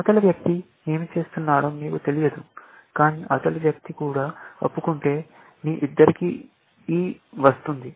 అవతలి వ్యక్తి ఏమి చేస్తున్నాడో మీకు తెలియదు కానీ అవతలి వ్యక్తి కూడా ఒప్పుకుంటే మీ ఇద్దరికి E వస్తుంది